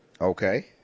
Okay